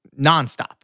nonstop